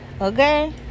okay